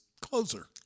Closer